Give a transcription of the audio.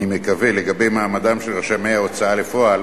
אני מקווה, לגבי מעמדם של רשמי ההוצאה לפועל,